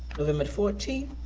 november fourteenth,